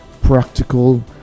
practical